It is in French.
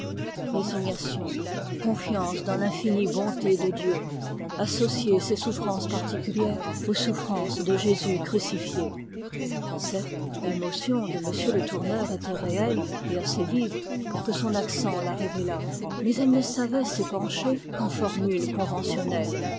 résignation confiance dans l'infinie bonté de dieu associer ses souffrances particulières aux souffrances de jésus crucifié certes l'émotion de m le tourneur était réelle et assez vive pour que son accent la révélât mais elle ne savait s'épancher qu'en formules conventionnelles